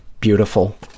beautiful